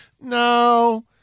No